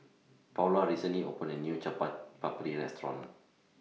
Paula recently opened A New Chaat Papri Restaurant